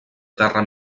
terra